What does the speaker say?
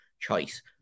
choice